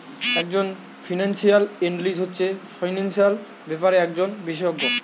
একজন financial analyst হচ্ছে financial ব্যাপারে একজন বিশেষজ্ঞ